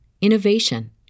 innovation